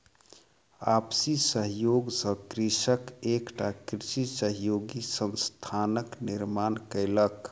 आपसी सहयोग सॅ कृषक एकटा कृषि सहयोगी संस्थानक निर्माण कयलक